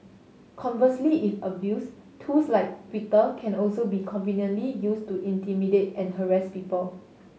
conversely if abused tools like Twitter can also be conveniently used to intimidate and harass people